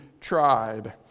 tried